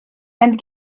and